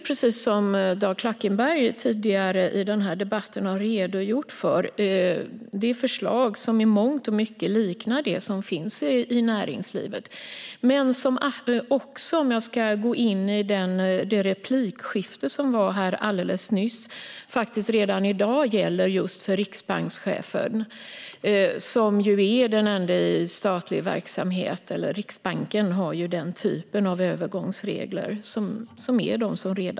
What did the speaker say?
Precis som Dag Klackenberg redogjorde för liknar förslaget i mångt och mycket det som finns i näringslivet. Som en kommentar till replikskiftet nyss gäller detta redan i dag för riksbankschefen eftersom Riksbanken har denna typ av övergångsregler.